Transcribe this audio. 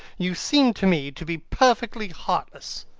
you seem to me to be perfectly heartless.